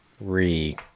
re